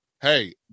hey